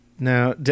Now